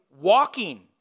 walking